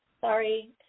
Sorry